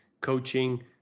coaching